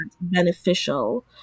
beneficial